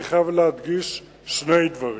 אני חייב להדגיש שני דברים.